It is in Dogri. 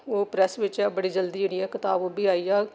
ओह् प्रैस बिच्च ऐ ओह् बड़ी जल्दी जेह्ड़ी ऐ कताब ओह् बी आई जाह्ग